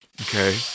Okay